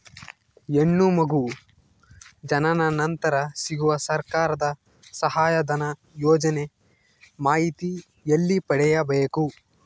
ಹೆಣ್ಣು ಮಗು ಜನನ ನಂತರ ಸಿಗುವ ಸರ್ಕಾರದ ಸಹಾಯಧನ ಯೋಜನೆ ಮಾಹಿತಿ ಎಲ್ಲಿ ಪಡೆಯಬೇಕು?